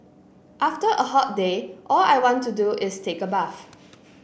after a hot day all I want to do is take a bath